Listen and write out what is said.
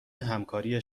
همکاری